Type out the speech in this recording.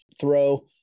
throw